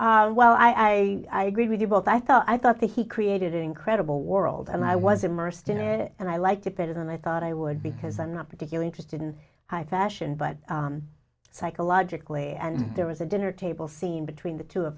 philip well i agree with you both i thought i thought that he created and credible world and i was immersed in it and i liked it better than i thought i would because i'm not particular interested in high fashion but psychologically and there was a dinner table scene between the two of